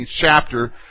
chapter